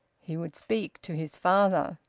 he would speak to his father.